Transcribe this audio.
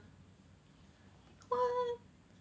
what